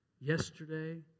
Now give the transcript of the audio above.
yesterday